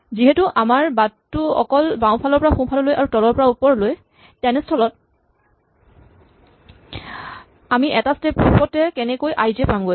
যিহেতু আমাৰ বাটটো অকল বাওঁফালৰ পৰা সোঁফাললৈ আৰু তলৰ পৰা ওপৰলৈ তেনেস্হলত আমি এটা স্টেপ তে কেনেকৈ আই জে পামগৈ